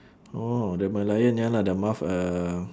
oh the merlion ya lah the mouth uh